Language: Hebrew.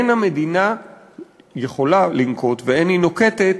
אין המדינה יכולה לנקוט ואין היא נוקטת